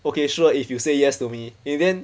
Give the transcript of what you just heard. okay sure if you say yes to me in the end